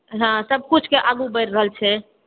हँ सभकिछुके आगू बढ़ि रहल छै